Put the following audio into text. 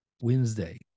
Wednesday